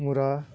मुरा